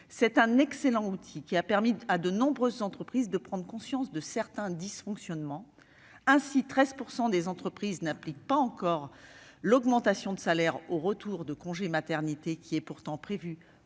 C'est un excellent outil qui a permis à de nombreuses entreprises de prendre conscience de certains dysfonctionnements. Ainsi, 13 % des entreprises n'appliquent pas encore l'augmentation de salaire au retour de congé maternité qui est pourtant prévue